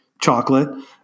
chocolate